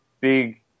Big